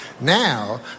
Now